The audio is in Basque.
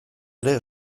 ere